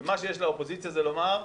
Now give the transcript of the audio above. ומה שיש לאופוזיציה לומר זה: